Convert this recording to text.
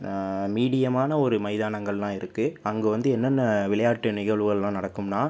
மீடியமான ஒரு மைதானங்கள்லாம் இருக்கு அங்கே வந்து என்னென்ன விளையாட்டு நிகழ்வுகள்லாம் நடக்கும்னால்